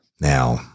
Now